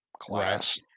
class